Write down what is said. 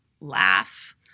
laugh